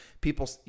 people